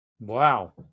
Wow